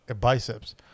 biceps